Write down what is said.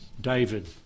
David